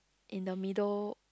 in the middle